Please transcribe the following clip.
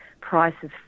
prices